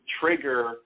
trigger